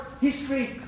history